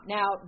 Now